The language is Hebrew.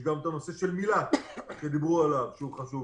יש גם את הנושא של מיל"ת שדיברו עליו והוא חשוב,